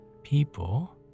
People